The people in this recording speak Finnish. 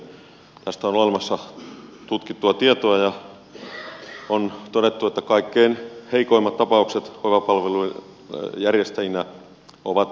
tästä on olemassa tutkittua tietoa ja on todettu että kaikkein heikoimmat tapaukset hoivapalveluiden järjestäjinä ovat kunnallisia laitoksia